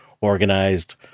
organized